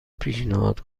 پیشنهاد